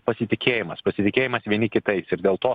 pasitikėjimas pasitikėjimas vieni kitais ir dėl to